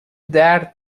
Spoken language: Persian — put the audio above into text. درد